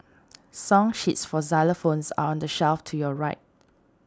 song sheets for xylophones are on the shelf to your right